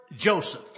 Joseph